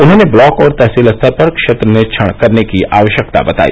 उन्होंने ब्लॉक और तहसील स्तर पर क्षेत्र निरीक्षण करने की भी आवश्यकता बताई